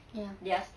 ya